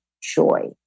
Joy